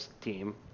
team